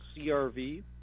CRV